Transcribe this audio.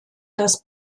das